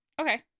Okay